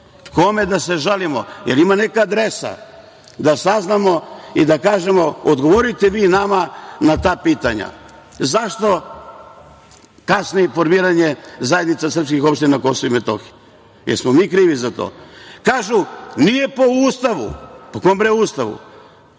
da se žalimo, jel ima neka adresa da saznamo i da kažemo – odgovorite vi nama na ta pitanja? Zašto kasni formiranje Zajednica srpskih opština na Kosovu i Metohiji? Jesmo li mi krivi za to? kažu – nije po Ustavu. Po kom bre Ustavu?